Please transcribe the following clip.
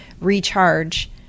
recharge